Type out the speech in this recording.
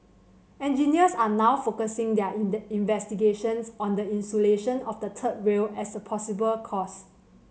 engineers are now focusing their investigations on the insulation of the third rail as the possible cause